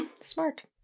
Smart